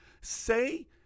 Say